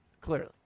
clearly